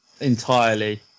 entirely